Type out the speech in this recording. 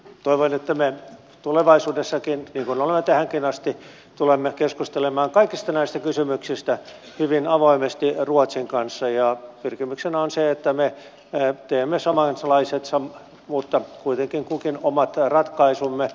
toivon että me tulevaisuudessakin niin kuin olemme tehneet tähänkin asti tulemme keskustelemaan kaikista näistä kysymyksistä hyvin avoimesti ruotsin kanssa ja pyrkimyksenä on se että me teemme samanlaiset mutta kuitenkin kukin omat ratkaisumme